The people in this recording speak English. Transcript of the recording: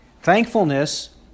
Thankfulness